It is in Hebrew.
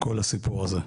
כל הסיפור הזה.